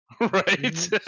Right